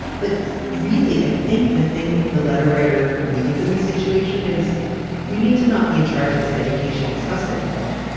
but really, i think the thing the letter writer needs in this situation is you need to not be in charge of this educational trust anymore.